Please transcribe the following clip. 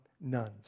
nuns